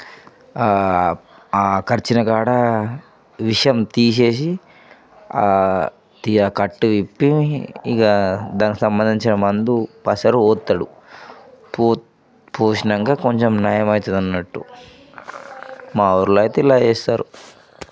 ఆ కరిచిన కాడ విషం తీసేసి ఆ కట్టు విప్పి ఇగ దానికి సంబందించిన మందు పసరు పొస్తాడు పోసి పోసినాక కొంచెం నయం అయితాదన్నట్టు మా ఊరిలో అయితే ఇలా చేస్తారు